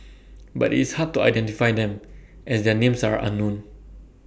but IT is hard to identify them as their names are unknown